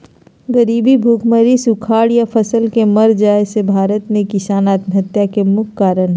गरीबी, भुखमरी, सुखाड़ या फसल के मर जाय से भारत में किसान आत्महत्या के मुख्य कारण हय